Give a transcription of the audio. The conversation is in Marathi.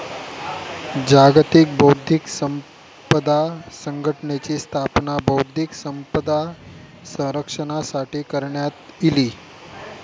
जागतिक बौध्दिक संपदा संघटनेची स्थापना बौध्दिक संपदा संरक्षणासाठी करण्यात इली